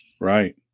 Right